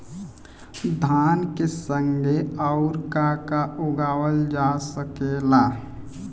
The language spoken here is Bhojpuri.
धान के संगे आऊर का का उगावल जा सकेला?